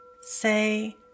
say